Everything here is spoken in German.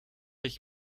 ich